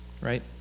Right